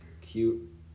cute